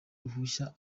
ruhushya